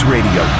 Radio